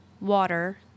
water